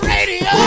Radio